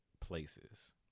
places